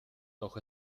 doch